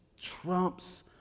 trumps